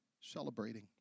celebrating